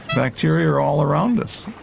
bacteria are all around us.